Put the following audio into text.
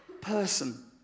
person